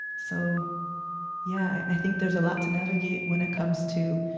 so yeah, i think there's a lot to navigate when it comes to